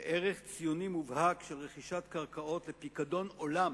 לערך ציוני מובהק של רכישת קרקעות לפיקדון עולם